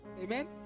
Amen